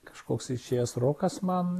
kažkoks išėjęs rokas man